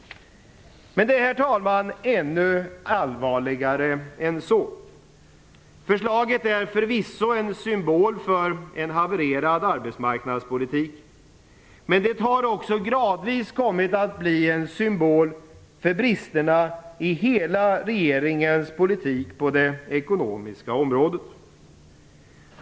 Men det är, herr talman, ännu allvarligare än så. Förslaget är förvisso en symbol för en havererad arbetsmarknadspolitik, men det har också gradvis kommit att bli en symbol för bristerna i hela regeringens politik på det ekonomiska området.